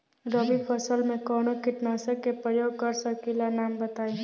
रबी फसल में कवनो कीटनाशक के परयोग कर सकी ला नाम बताईं?